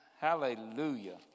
hallelujah